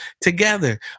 together